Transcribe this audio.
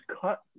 cut